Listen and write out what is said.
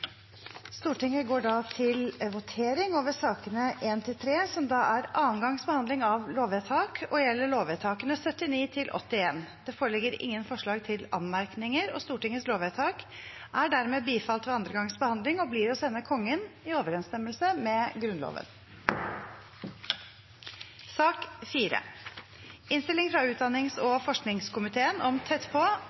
gangs behandling av lover og gjelder lovvedtakene 79 til og med 81. Det foreligger ingen forslag til anmerkninger. Stortingets lovvedtak er dermed bifalt ved andre gangs behandling og blir å sende Kongen i overensstemmelse med Grunnloven. Etter ønske fra utdannings- og forskningskomiteen